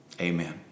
amen